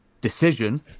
decision